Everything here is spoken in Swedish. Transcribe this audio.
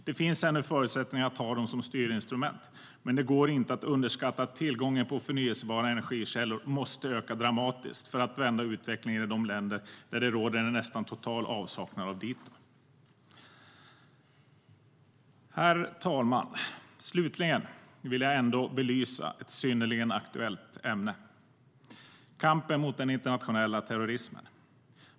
Det finns ännu förutsättningar att ha dem som styrinstrument, men det går inte att bortse från att tillgången på förnybara energikällor måste öka dramatiskt för att vända utvecklingen i de länder där det råder en nästan total avsaknad av dito. Herr talman! Slutligen vill jag ändå belysa ett synnerligen aktuellt ämne - kampen mot den internationella terrorismen.